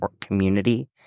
community